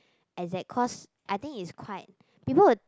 exact cause I think it's quite people would